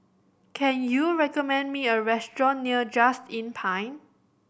can you recommend me a restaurant near Just Inn Pine